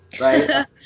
right